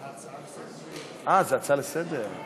אה, זו הצעה לסדר-היום.